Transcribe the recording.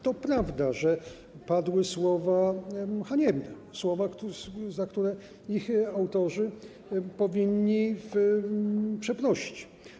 To prawda, że padły słowa haniebne, słowa, za które ich autorzy powinni przeprosić.